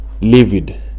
livid